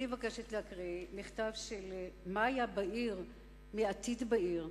אני מבקשת להקריא מכתב של מאיה בהיר מ"עתיד בהיר".